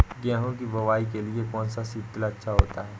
गेहूँ की बुवाई के लिए कौन सा सीद्रिल अच्छा होता है?